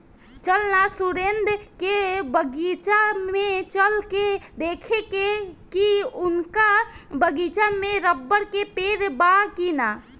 चल ना सुरेंद्र के बगीचा में चल के देखेके की उनका बगीचा में रबड़ के पेड़ बा की ना